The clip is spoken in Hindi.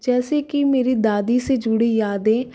जैसे कि मेरी दादी से जुड़ी यादें